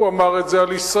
הוא אמר את זה על ישראל,